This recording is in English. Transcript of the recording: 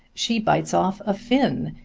she bites off a fin,